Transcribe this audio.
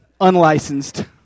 unlicensed